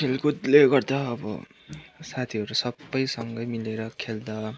खेलकुदले गर्दा अब साथीहरू सबै सँगै मिलेर खेल्दा